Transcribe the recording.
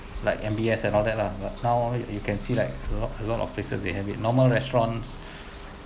like M_B_S and all that lah but now you can see like a lot a lot of places they have it normal restaurant